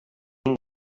wind